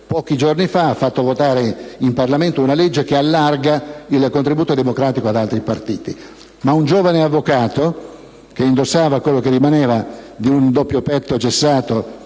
pochi giorni fa ha fatto votare in Parlamento una legge che allarga il contributo democratico ad altri partiti. Un giovane avvocato, che indossava quel che rimaneva di un doppiopetto gessato,